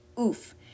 Oof